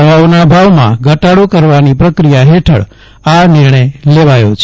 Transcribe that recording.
દવાઓના ભાવમાં ઘટાડો કરવાની પ્રક્રિયા હેઠળ આ નિર્ણય લેવાયો છે